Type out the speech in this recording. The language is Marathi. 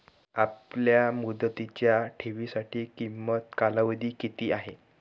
अल्पमुदतीच्या ठेवींसाठी किमान कालावधी किती आहे?